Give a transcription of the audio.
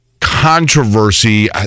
controversy